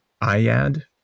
IAD